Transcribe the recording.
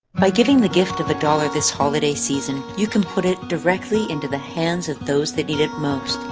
by giving the gift of a dollar this holiday season you can put it directly into the hands of those that need it most,